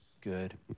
good